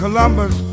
Columbus